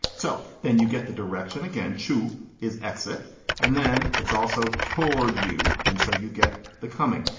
so then you get the direction again. chew is exit and then it's also toward you. and so you get the coming.